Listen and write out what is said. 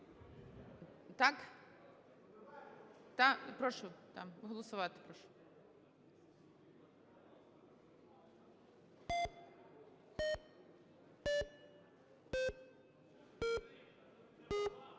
Так? Прошу. Голосувати прошу.